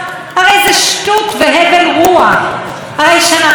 הרי כשאנחנו רואים את מספר המיטות ל-1,000 איש,